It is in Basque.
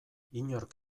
inork